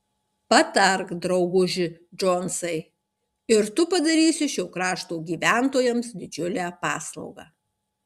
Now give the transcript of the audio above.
patark drauguži džonsai ir tu padarysi šio krašto gyventojams didžiulę paslaugą